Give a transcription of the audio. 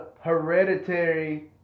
hereditary